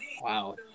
Wow